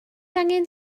angen